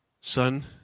Son